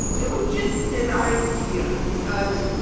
it was just an idea because